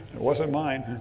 it wasn't mine.